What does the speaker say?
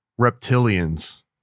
Reptilians